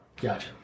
Gotcha